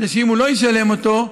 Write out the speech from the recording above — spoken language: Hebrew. כדי שאם הוא לא ישלם אותו,